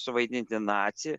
suvaidinti nacį